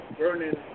burning